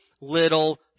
little